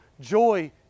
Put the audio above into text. joy